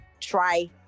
try